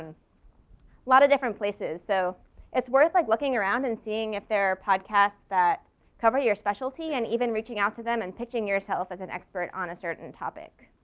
um lot of different places. so it's worth like looking around and seeing if there are podcasts that cover your specialty, and even reaching out to them and pitching yourself as an expert on a certain topic.